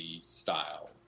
style